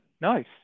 nice